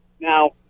Now